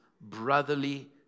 brotherly